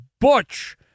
Butch